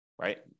right